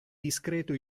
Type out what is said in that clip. discreto